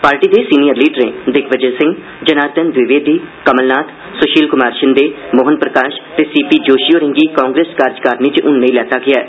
party दे सीनियर लीडरें दिग्विजय सिंह जनार्दन द्विवेदी कमलनाथ सुशील कुमर शिंदे मोहन प्रकाश ते सी पी जोशी होरें'गी कांग्रेस कार्यकारणी च हून नेई लैता गेआ ऐ